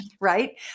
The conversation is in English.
right